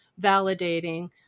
validating